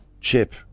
chip